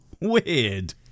Weird